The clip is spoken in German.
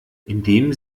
indem